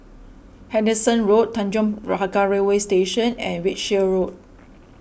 Henderson Road Tanjong Pagar Railway Station and Wiltshire Road